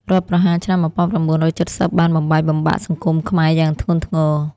រដ្ឋប្រហារឆ្នាំ ១៩៧០ បានបំបែកបំបាក់សង្គមខ្មែរយ៉ាងធ្ងន់ធ្ងរ។